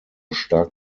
stark